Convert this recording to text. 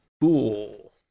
cool